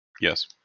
Yes